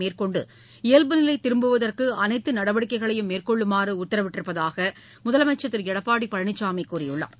மேற்கொண்டு இயல்பு நிலை திரும்புவதற்கு அனைத்து நடவடிக்கைகளையும் மேற்கொள்ளுமாறு உத்தரவிட்டிருப்பதாக முதலமைச்சர் திரு எடப்பாடி பழனிசாமி கூறியுள்ளார்